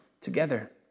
together